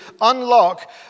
unlock